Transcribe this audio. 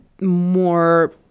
more